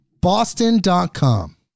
Boston.com